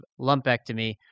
lumpectomy